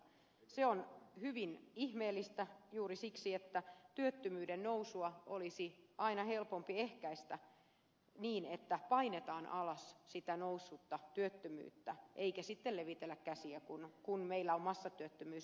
se on hyvin ihmeellistä juuri siksi että työttömyyden nousua olisi aina helpompi ehkäistä niin että painetaan alas sitä noussutta työttömyyttä eikä sitten levitellä käsiä kun meillä on massatyöttömyys edessä